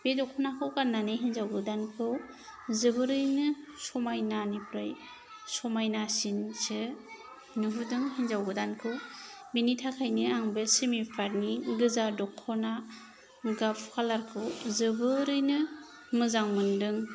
बे दख'नाखौ गाननानै हिनजाव गोदानखौ जोबोरैनो समायनानिफ्राय समायनासिनसो नुहोदों हिनजाव गोदानखौ बेनि थाखायनो आं बे सेमि पातनि गोजा दख'ना गाब कालार खौ जोबोरैनो मोजां मोनदों